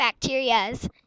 Bacterias